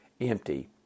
empty